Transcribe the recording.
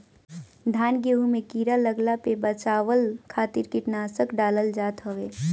धान गेंहू में कीड़ा लागला पे बचाव खातिर कीटनाशक डालल जात हवे